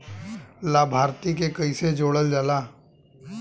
लभार्थी के कइसे जोड़ल जाला?